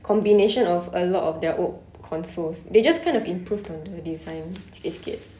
combination of a lot of their own consoles they just kind of improved on the design sikit-sikit